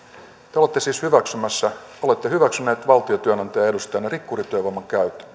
olette siis hyväksymässä olette hyväksyneet valtiotyönantajan edustajana rikkurityövoiman käytön